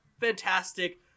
fantastic